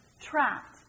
trapped